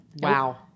Wow